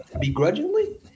Begrudgingly